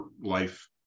life